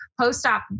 post-op